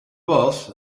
was